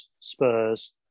Spurs